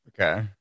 okay